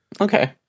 Okay